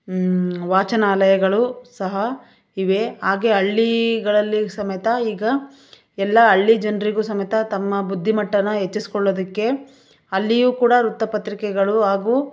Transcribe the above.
ವಾಚನಾಲಯಗಳು ಸಹ ಇವೆ ಹಾಗೇ ಹಳ್ಳಿಗಳಲ್ಲಿ ಸಮೇತ ಈಗ ಎಲ್ಲ ಹಳ್ಳಿ ಜನರಿಗೂ ಸಮೇತ ತಮ್ಮ ಬುದ್ಧಿಮಟ್ಟಾನ ಹೆಚ್ಚುಸ್ಕೊಳ್ಳೋದಕ್ಕೆ ಅಲ್ಲಿಯೂ ಕೂಡ ವೃತ್ತಪತ್ರಿಕೆಗಳು ಹಾಗೂ